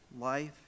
life